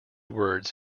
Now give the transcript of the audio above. words